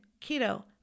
keto